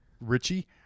richie